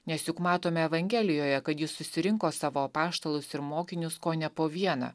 nes juk matome evangelijoje kad jis susirinko savo apaštalus ir mokinius kone po vieną